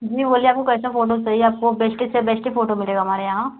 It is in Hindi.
जी बोलिए आपको कैसा फ़ोटो चाहिए आपको बेश्ट से बेश्ट फोटू मिलेगा हमारे यहाँ